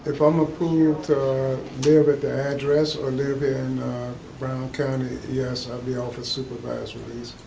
if i'm approved to live at the address or live in brown county, yes i'll be off of supervised release.